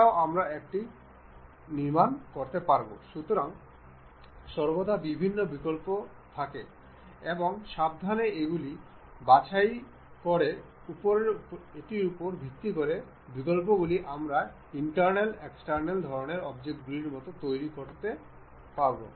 এবং যদি আমরা স্লটের টপ প্লেনটি নির্বাচন করি এবং আমরা তাদের উভয়ের টপ প্লেনগুলি নির্বাচন করতে নিয়ন্ত্রণ করি এবং আমরা মেটর উপর ক্লিক করব এবং কয়েন্সিডেন্ট মেট নির্বাচন করব